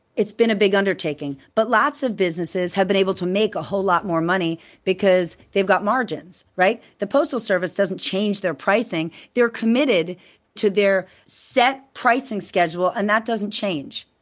it's been a big undertaking. but lots of businesses have been able to make a whole lot more money because they've got margins, right. the postal service doesn't change their pricing. they're committed to their set pricing schedule. and that doesn't change.